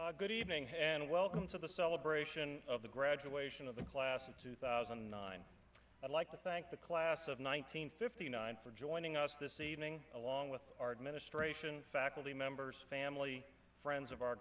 pages good evening and welcome to the celebration of the graduation of the class of two thousand and nine i like to thank the class of nineteen fifty nine for joining us this evening along with our administration faculty members family friends of our